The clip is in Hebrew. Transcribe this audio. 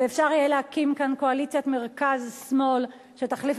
ואפשר יהיה להקים כאן קואליציית מרכז שמאל שתחליף